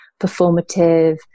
performative